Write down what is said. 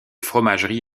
fromagerie